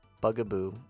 bugaboo